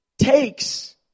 takes